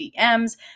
DMs